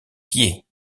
pieds